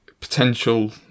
potential